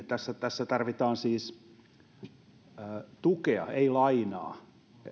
tässä tässä tarvitaan siis tukea ei lainaa